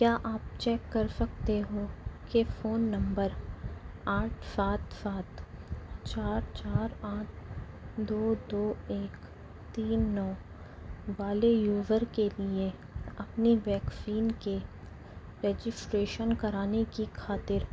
کیا آپ چیک کر سکتے ہو کہ فون نمبر آٹھ سات سات چار چار پانچ دو دو ایک تین نو والے یوزر کے لیے اپنی ویکسین کے رجسٹریشن کرانے کی خاطر